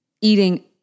eating